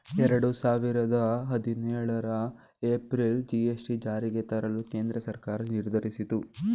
ಎರಡು ಸಾವಿರದ ಹದಿನೇಳರ ಏಪ್ರಿಲ್ ಜಿ.ಎಸ್.ಟಿ ಜಾರಿಗೆ ತರಲು ಕೇಂದ್ರ ಸರ್ಕಾರ ನಿರ್ಧರಿಸಿತು